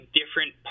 different